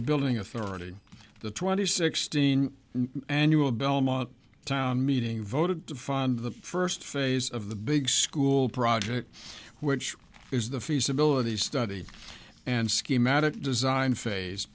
building authority the twenty sixteen annual belmont town meeting voted to fund the first phase of the big school project which is the feasibility study and schematic design phase